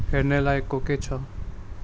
हेर्ने लायकको के छ